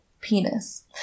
penis